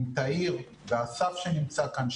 עם תאיר ואסף שנמצא כאן,